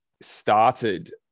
started